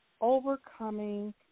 Overcoming